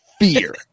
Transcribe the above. Fear